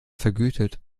vergütet